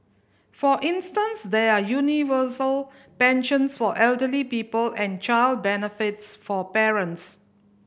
for instance there are universal pensions for elderly people and child benefits for parents